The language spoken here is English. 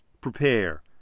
prepare